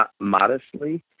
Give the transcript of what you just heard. modestly